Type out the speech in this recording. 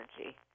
energy